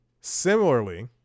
Similarly